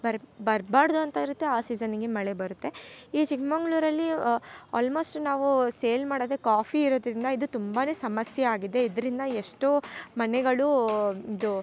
ಬರ್ ಬರ್ಬಾರ್ದು ಅಂತಯಿರತ್ತೆ ಆ ಸೀಸನಿಗೆ ಮಳೆ ಬರುತ್ತೆ ಈ ಚಿಕ್ಕಮಗಳೂರಲ್ಲಿ ಆಲ್ಮೋಸ್ಟ್ ನಾವು ಸೆಲ್ ಮಾಡೋದೇ ಕೊಫಿಯಿರದರಿಂದ ಇದು ತುಂಬಾನೆ ಸಮಸ್ಯೆಯಾಗಿದೆ ಇದರಿಂದ ಎಷ್ಟೋ ಮನೆಗಳು ಇದು